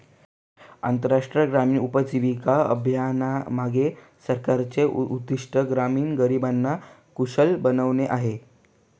राष्ट्रीय ग्रामीण उपजीविका अभियानामागे सरकारचे उद्दिष्ट ग्रामीण गरिबांना कुशल बनवणे आहे